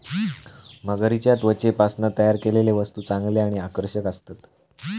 मगरीच्या त्वचेपासना तयार केलेले वस्तु चांगले आणि आकर्षक असतत